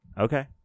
Okay